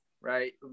right